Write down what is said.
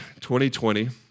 2020